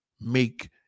make